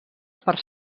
per